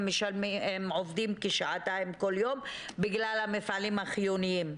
הם עובדים כשעתיים כל יום בגלל המפעלים החיוניים.